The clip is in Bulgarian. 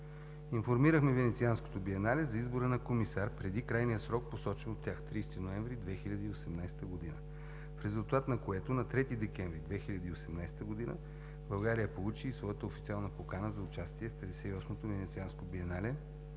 Информирахме Венецианското биенале за избора на комисар преди крайния срок, посочен от тях – 30 ноември 2018 г., в резултат на което на 3 декември 2018 г. България получи и своята официална покана за участие в 58-то Венецианско биенале